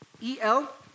E-L